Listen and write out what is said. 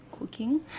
cooking